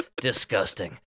Disgusting